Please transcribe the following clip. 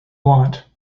want